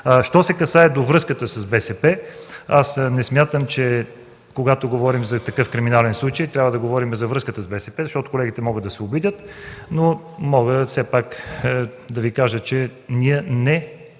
Що се касае до връзката с БСП, аз не смятам, че когато говорим за такъв криминален случай, трябва да говорим за връзка с БСП, защото колегите могат да се обидят, но мога все пак да Ви кажа, че ние не